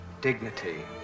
dignity